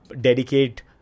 dedicate